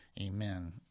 amen